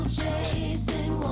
chasing